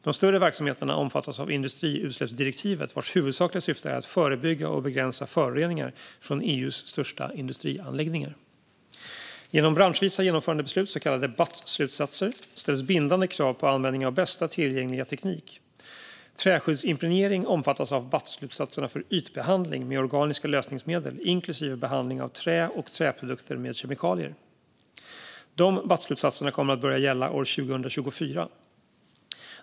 De större verksamheterna omfattas av industriutsläppsdirektivet, vars huvudsakliga syfte är att förebygga och begränsa föroreningar från EU:s största industrianläggningar. Genom branschvisa genomförandebeslut, så kallade BAT-slutsatser, ställs bindande krav på användning av bästa tillgängliga teknik. Träskyddsimpregnering omfattas av BAT-slutsatserna för ytbehandling med organiska lösningsmedel, inklusive behandling av trä och träprodukter med kemikalier. Dessa BAT-slutsatser kommer att börja gälla år 2024.